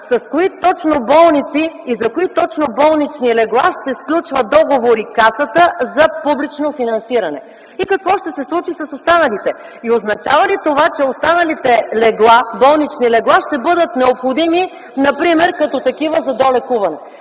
с кои точно болници и за кои точно болнични легла ще сключва договори Касата за публично финансиране и какво ще се случи с останалите? Означава ли това, че останалите болнични легла ще бъдат необходими например като такива за долекуване.